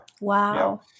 wow